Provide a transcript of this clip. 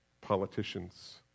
politicians